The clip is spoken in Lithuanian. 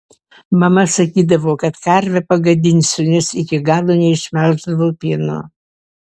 mama sakydavo kad karvę pagadinsiu nes iki galo neišmelždavau pieno